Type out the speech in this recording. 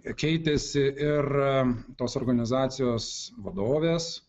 keitėsi ir tos organizacijos vadovės